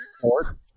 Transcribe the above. ports